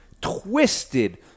twisted